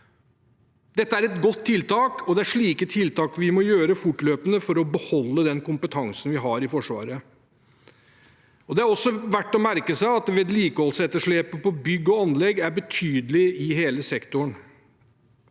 Dette er et godt tiltak, og det er slike tiltak vi må gjøre fortløpende for å beholde den kompetansen vi har i Forsvaret. Det er også verdt å merke seg at vedlikeholdsetterslepet på bygg og anlegg er betydelig i hele sektoren.